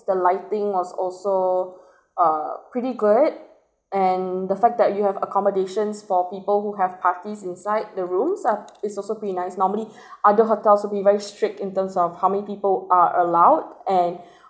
the lighting was also uh pretty good and the fact that you have accommodations for people who have parties inside the rooms up is also pretty nice normally other hotels will be very strict in terms of how many people are allowed and